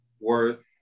worth